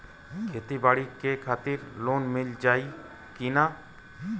खेती बाडी के खातिर लोन मिल जाई किना?